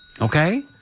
Okay